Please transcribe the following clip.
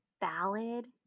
ballad